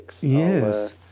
Yes